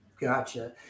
Gotcha